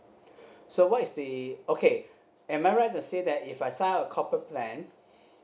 so what is the okay am I right to say that if I sign up a corporate plan